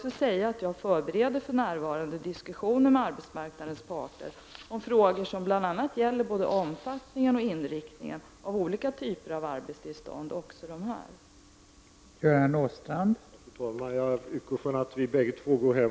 För närvarande förbereder jag diskussioner med arbetsmarknadens parter om frågor som bl.a. gäller både omfattningen och inriktningen av olika typer av arbetstillstånd, också sådant arbetstillstånd som vi nu diskuterar.